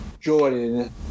Jordan